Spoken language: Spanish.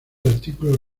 artículo